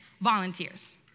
volunteers